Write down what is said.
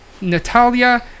Natalia